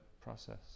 process